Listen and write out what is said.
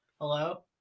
hello